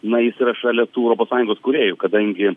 na jis yra šalia tų europos sąjungos kūrėjų kadangi